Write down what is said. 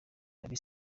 babi